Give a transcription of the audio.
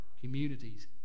communities